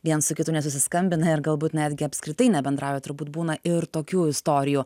viens su kitu nesusiskambina ir galbūt netgi apskritai nebendrauja turbūt būna ir tokių istorijų